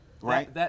Right